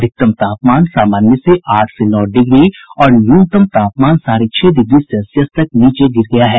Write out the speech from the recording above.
अधिकतम तापमान सामान्य से आठ से नौ डिग्री और न्यूनतम तापमान साढ़े छह डिग्री सेल्सियस तक नीचे गिर गया है